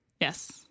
Yes